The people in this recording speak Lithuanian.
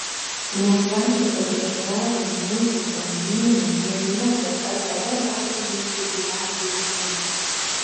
nesvaičiok apie šlovę muziką vyną vėduokles ar tave garbinančių driadžių būrį